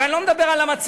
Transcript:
ואני לא מדבר על המציעים.